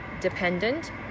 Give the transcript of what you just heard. dependent